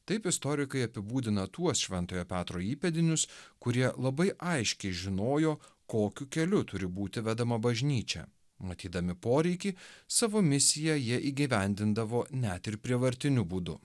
taip istorikai apibūdina tuos šventojo petro įpėdinius kurie labai aiškiai žinojo kokiu keliu turi būti vedama bažnyčia matydami poreikį savo misiją jie įgyvendindavo net ir prievartiniu būdu